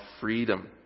freedom